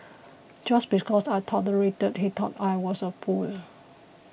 just because I tolerated he thought I was a fool